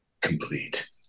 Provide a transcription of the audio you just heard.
complete